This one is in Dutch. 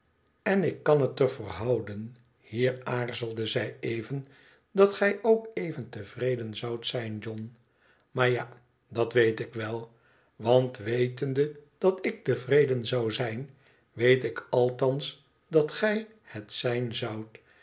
en ik kan het er voor houden hier aarzelde zij even dat gij ook even tevreden zoudt zijn john maar ja dat weet ik wel want wetende dat ik tevreden zou zijn weet ik althans dat gij het zijn zoudt